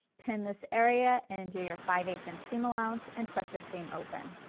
pin this area and do your five eight ths inch seam allowance and press your seam open.